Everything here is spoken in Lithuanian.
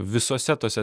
visose tose